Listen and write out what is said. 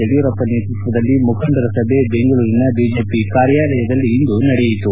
ಯಡಿಯೂರಪ್ಪ ನೇತೃತ್ವದಲ್ಲಿ ಮುಖಂಡರ ಸಭೆ ಬೆಂಗಳೂರಿನ ಬಿಜೆಪಿ ಕಾರ್ಯಾಲಯದಲ್ಲಿ ಇಂದು ನಡೆಯಿತು